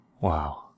wow